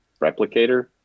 replicator